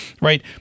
right